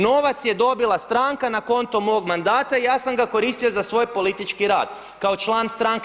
Novac je dobila stranka na konto mog mandata i ja sam ga koristio za svoj politički rad kao član stranke.